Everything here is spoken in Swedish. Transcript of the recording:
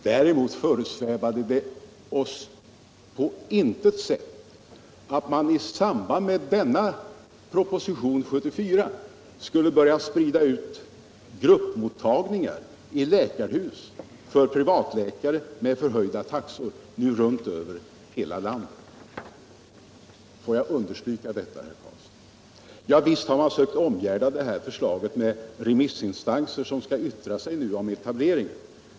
Däremot föresvävade det oss på intet sätt att man i samband med denna proposition 1974 skulle börja sprida ut gruppmottagningar i läkarhus över hela landet för privatläkare med förhöjda taxor. Visst har man försökt omgärda detta förslag med remissinstanser som skall yttra sig om etableringen.